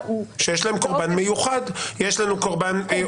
--- יש לנו עבירות שיש להן קורבן מיוחד.